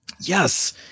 Yes